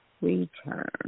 return